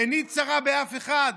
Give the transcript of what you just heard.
עיני אינה צרה באף אחד,